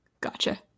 Gotcha